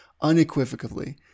unequivocally